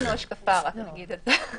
רק נגיד שאין לנו השקפה.